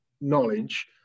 knowledge